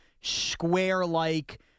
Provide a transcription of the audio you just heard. square-like